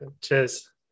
Cheers